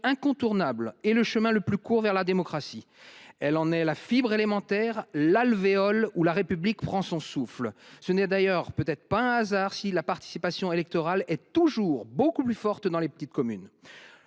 incontournable et le chemin le plus court vers la démocratie. Elle en est la fibre élémentaire, l'alvéole où la République prend son souffle. Ce n'est d'ailleurs peut-être pas un hasard si la participation électorale est toujours plus forte dans les petites communes.